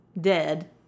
dead